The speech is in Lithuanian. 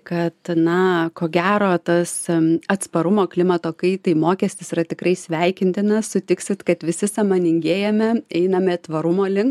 kad na ko gero tas em atsparumo klimato kaitai mokestis yra tikrai sveikintinas sutiksit kad visi sąmoningėjame einame tvarumo link